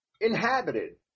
inhabited